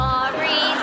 Sorry